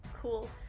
cool